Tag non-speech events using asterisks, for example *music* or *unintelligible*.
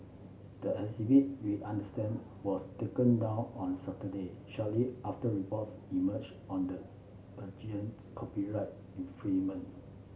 the exhibit we understand was taken down on Saturday shortly after reports emerged on the *unintelligible* copyright *unintelligible*